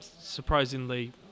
surprisingly